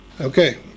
okay